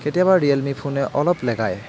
কেতিয়াবা ৰিয়েলমি ফোনে অলপ লেগাই